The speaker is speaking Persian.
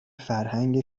فرهنگ